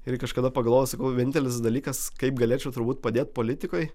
irgi kažkada pagalvojau sakau vienintelis dalykas kaip galėčiau turbūt padėt politikoj